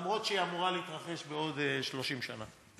אף שהיא אמורה להתרחש בעוד 30 שנה.